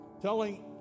telling